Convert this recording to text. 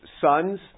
sons